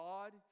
God